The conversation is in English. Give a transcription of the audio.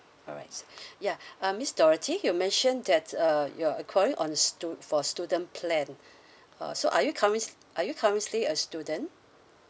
alright ya uh miss dorothy you mentioned that uh your enquiring on stu~ for student plan uh so are you current~ are you currently a student